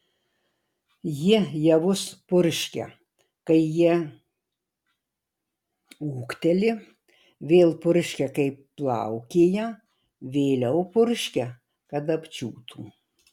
ji javus purškia kai jie ūgteli vėl purškia kai plaukėja vėliau purškia kad apdžiūtų